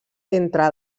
entre